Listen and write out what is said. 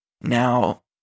Now